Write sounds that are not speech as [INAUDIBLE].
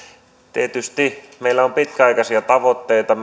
tietysti meillä on pitkäaikaisia tavoitteita [UNINTELLIGIBLE]